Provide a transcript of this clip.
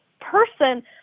person